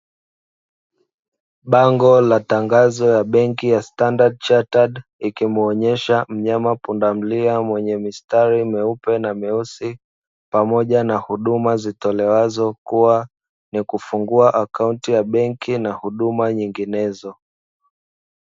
Bango la tangazo la benki ya "Standard Chartered", likimuonesha mnyama pundamilia mwenye mistari meupe na meusi, pamoja na huduma zitolewazo, kuwa ni kufungua akaunti ya benki na huduma nyinginezo.